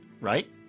right